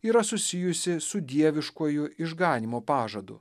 yra susijusi su dieviškuoju išganymo pažadu